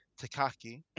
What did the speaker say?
takaki